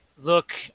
look